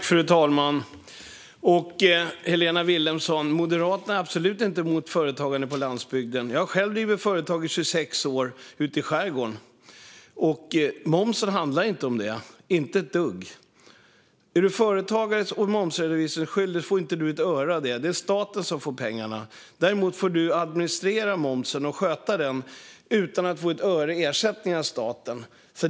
Fru talman! Moderaterna är absolut inte emot företagande på landsbygden, Helena Vilhelmsson. Jag har själv drivit företag i 26 år ute i skärgården. Momsen handlar inte om det, inte ett dugg. Om man är företagare och momsredovisningsskyldig får man inte ett öre av den, utan det är staten som får pengarna. Däremot får man administrera momsen och sköta den utan att få ett öre i ersättning av staten.